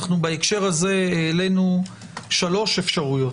אנחנו בהקשר הזה העלינו שלוש אפשרויות,